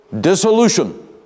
dissolution